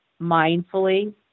mindfully